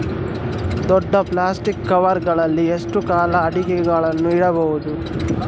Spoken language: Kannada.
ದೊಡ್ಡ ಪ್ಲಾಸ್ಟಿಕ್ ಕವರ್ ಗಳಲ್ಲಿ ಎಷ್ಟು ಕಾಲ ಅಡಿಕೆಗಳನ್ನು ಇಡಬಹುದು?